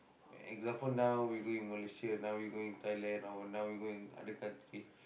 example now we going Malaysia now we going Thailand or now we going to other country